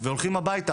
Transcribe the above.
והולכים הביתה,